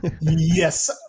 Yes